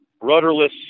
rudderless